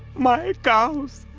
my cows,